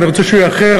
אני רוצה שהוא יהיה אחר.